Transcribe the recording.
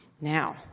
Now